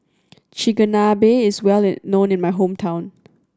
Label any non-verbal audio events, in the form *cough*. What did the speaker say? chigenabe is well *unintelligible* known in my hometown